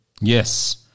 Yes